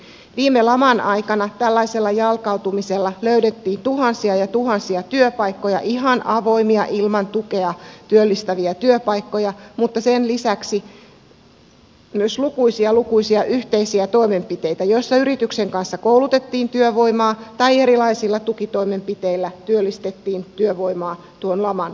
viime laman aikana tällaisella jalkautumisella löydettiin tuhansia ja tuhansia työpaikkoja ihan avoimia ilman tukea työllistäviä työpaikkoja mutta sen lisäksi myös lukuisia lukuisia yhteisiä toimenpiteitä joissa yrityksen kanssa koulutettiin työvoimaa tai erilaisilla tukitoimenpiteillä työllistettiin työvoimaa tuon laman aikana